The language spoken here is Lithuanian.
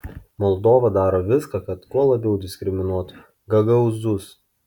moldova daro viską kad kuo labiau diskriminuotų gagaūzus